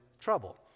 trouble